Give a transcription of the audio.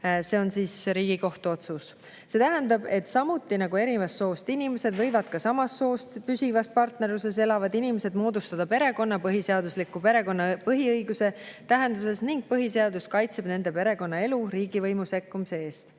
See on Riigikohtu otsus. See tähendab, et samuti nagu eri soost inimesed võivad ka samast soost püsivas partnerluses elavad inimesed moodustada perekonna, seda põhiseaduses tagatud perekonna põhiõiguse tähenduses, ning põhiseadus kaitseb nende perekonnaelu riigivõimu sekkumise eest.